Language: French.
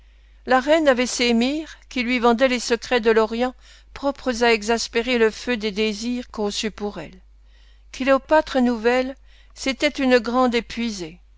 la reine avait ses mires qui lui vendaient les secrets de l'orient propres à exaspérer le feu des désirs conçus pour elle cléopâtre nouvelle c'était une grande épuisée